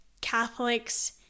Catholics